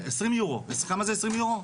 כמה זה 20 יורו?